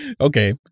okay